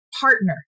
partner